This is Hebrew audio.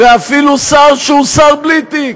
ואפילו שר שהוא שר בלי תיק,